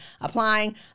applying